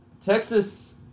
Texas